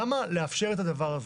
למה לאפשר את הדבר הזה?